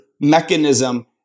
mechanism